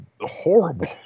horrible